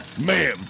ma'am